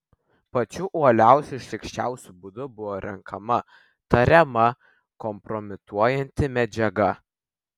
pačiu uoliausiu ir šlykščiausiu būdu buvo renkama tariama kompromituojanti medžiaga